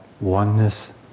oneness